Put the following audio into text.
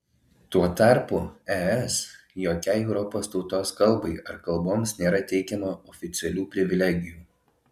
tuo tarpu es jokiai europos tautos kalbai ar kalboms nėra teikiama oficialių privilegijų